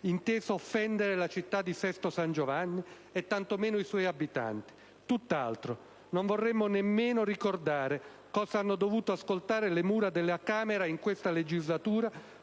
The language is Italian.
inteso offendere la città di Sesto San Giovanni, tanto meno i suoi abitanti. Tutt'altro. Non vorremmo nemmeno ricordare cosa hanno dovuto ascoltare le mura della Camera in questa legislatura,